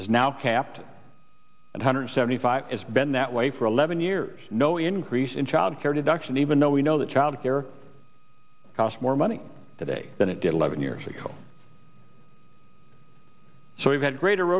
is now capped and hundred seventy five has been that way for eleven years no increase in child care deduction even though we know that child care cost more money today than it did eleven years ago so we've had great er